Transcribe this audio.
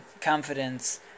confidence